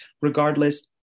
regardless